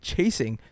Chasing